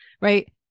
Right